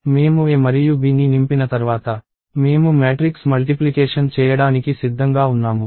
మేము A మరియు B ని నింపిన తర్వాత మేము మ్యాట్రిక్స్ మల్టిప్లికేషన్ చేయడానికి సిద్ధంగా ఉన్నాము